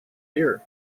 fear